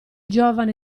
giovane